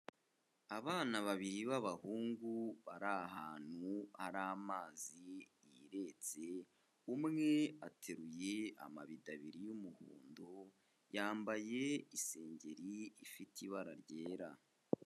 Abana babiri b'abahungu bari ahantu hari amazi yiretse, umwe ateruye amabido abiri y'umuhondo, yambaye isengeri ifite ibara ryera.